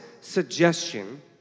suggestion